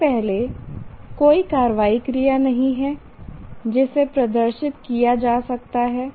सबसे पहले कोई कार्रवाई क्रिया नहीं है जिसे प्रदर्शित किया जा सकता है